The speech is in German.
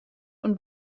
und